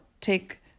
take